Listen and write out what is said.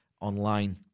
online